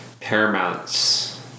Paramount's